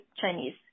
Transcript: Chinese